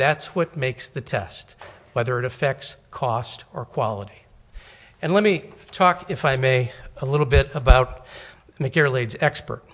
that's what makes the test whether it effects cost or quality and let me talk if i may a little bit about